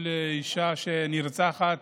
כל אישה שנרצחת,